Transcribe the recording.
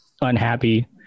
unhappy